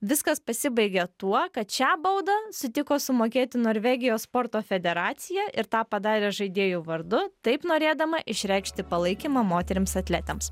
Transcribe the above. viskas pasibaigė tuo kad šią baudą sutiko sumokėti norvegijos sporto federacija ir tą padarė žaidėjų vardu taip norėdama išreikšti palaikymą moterims atletėms